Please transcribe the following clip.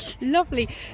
Lovely